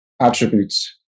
attributes